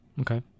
Okay